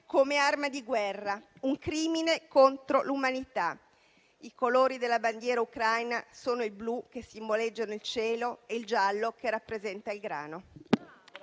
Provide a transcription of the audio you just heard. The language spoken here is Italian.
come arma di guerra: un crimine contro l'umanità. I colori della bandiera ucraina sono il blu, che simboleggia il cielo e il giallo, che rappresenta il grano.